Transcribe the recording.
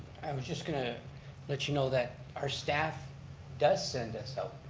i was just going to let you know that our staff does send us out.